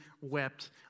wept